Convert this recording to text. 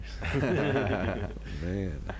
Man